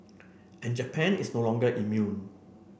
and Japan is no longer immune